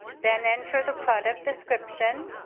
then enter the product description,